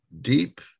deep